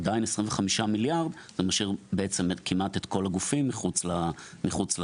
אבל 25 מיליארד משאיר כמעט את כל הגופים מחוץ לתחום.